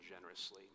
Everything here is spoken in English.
generously